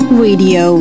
radio